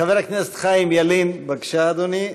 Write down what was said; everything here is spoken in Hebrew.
חבר הכנסת חיים ילין, בבקשה, אדוני.